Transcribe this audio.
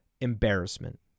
embarrassment